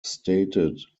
stated